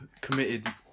committed